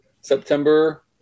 September